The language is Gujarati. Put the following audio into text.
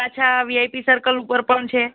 પાછા વીઆઇપી સર્કલ ઉપર પણ છે